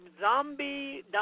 zombie